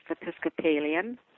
Episcopalian